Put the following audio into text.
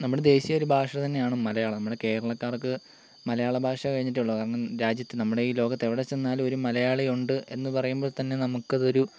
നമ്മുടെ ദേശീയ ഒരു ഭാഷ തന്നെയാണ് മലയാളം നമ്മുടെ കേരളക്കാർക്ക് മലയാള ഭാഷ കഴിഞ്ഞിട്ടേ ഉള്ളു കാരണം രാജ്യത്ത് നമ്മുടെ ഈ ലോകത്ത് എവിടെ ചെന്നാലും ഒരു മലയാളി ഉണ്ട് എന്ന് പറയുമ്പോൾ തന്നെ നമുക്ക് അതൊരു